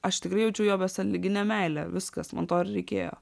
aš tikrai jaučiu jo besąlyginę meilę viskas man to ir reikėjo